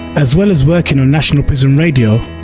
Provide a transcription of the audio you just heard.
as well as working on national prison radio,